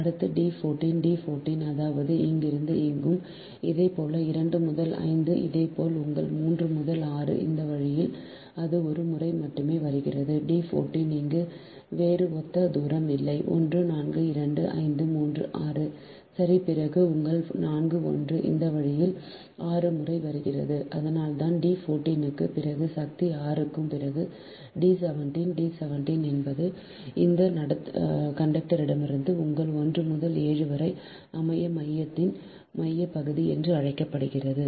அடுத்து D 14 D 14 அதாவது இங்கிருந்து இங்கும் இதேபோல் 2 முதல் 5 இதேபோல் உங்கள் 3 முதல் 6 இந்த வழியில் அது ஒரு முறை மட்டுமே வருகிறது D 14 இங்கு வேறு ஒத்த தூரம் இல்லை 1 4 2 5 3 6 சரி பிறகு உங்கள் 4 1 இந்த வழியில் 6 முறை வருகிறது அதனால்தான் D 14 க்கு பிறகு சக்தி 6 க்கு பிறகு D 17 டி 17 என்பது இந்த கண்டக்டர்ரிடமிருந்து உங்கள் 1 முதல் 7 வரை மைய மையத்தின் மையப்பகுதி என்று அழைக்கப்படுகிறது